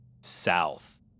south